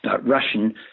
Russian